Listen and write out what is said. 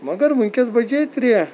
مگر وٕنکٮ۪س بَجے ترٛےٚ